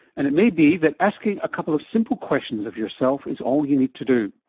and it may be that asking a couple of simple questions of yourself is all you need to do.